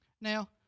Now